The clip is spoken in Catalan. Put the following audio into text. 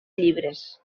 llibres